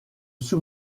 sous